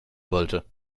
wollte